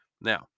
Now